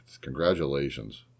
Congratulations